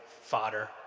fodder